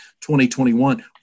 2021